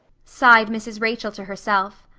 sighed mrs. rachel to herself.